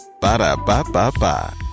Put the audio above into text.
Ba-da-ba-ba-ba